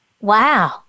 Wow